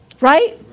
right